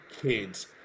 kids